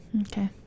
Okay